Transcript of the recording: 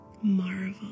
marvel